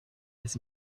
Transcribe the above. his